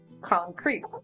concrete